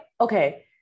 okay